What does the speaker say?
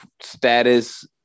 status